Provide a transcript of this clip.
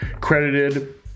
credited